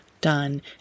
done